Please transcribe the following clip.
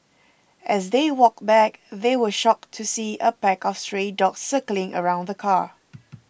as they walked back they were shocked to see a pack of stray dogs circling around the car